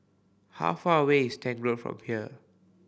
how far away is Tank Road from here